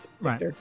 right